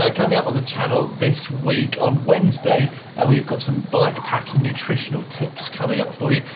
ah coming up on the channel this week on wednesday and we have got some bike packing nutritional tips coming up for you.